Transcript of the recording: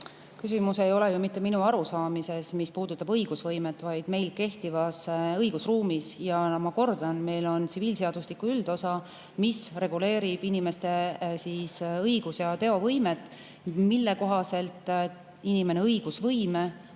Küsimus ei ole ju mitte minu arusaamises, mis puudutab õigusvõimet, vaid meil kehtivas õigusruumis. Ma kordan, meil on tsiviilseadustiku üldosa [seadus], mis reguleerib inimeste õigus‑ ja teovõimet. Selle kohaselt inimene omandab õigusvõime